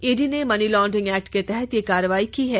ED ने money laundering act के तहत यह कार्रवाई की है